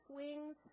wings